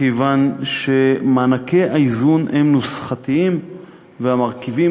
מכיוון שמענקי האיזון הם נוסחתיים והמרכיבים